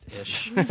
ish